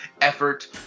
effort